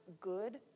good